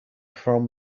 from